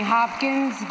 Hopkins